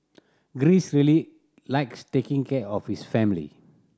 Greece really likes taking care of his family